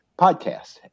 podcast